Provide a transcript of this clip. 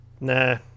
Nah